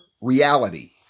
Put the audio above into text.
reality